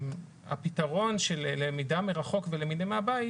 הפתרון של למידה מרחוק ולמידה מהבית